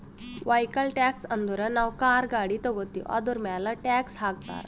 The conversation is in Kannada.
ವೈಕಲ್ ಟ್ಯಾಕ್ಸ್ ಅಂದುರ್ ನಾವು ಕಾರ್, ಗಾಡಿ ತಗೋತ್ತಿವ್ ಅದುರ್ಮ್ಯಾಲ್ ಟ್ಯಾಕ್ಸ್ ಹಾಕ್ತಾರ್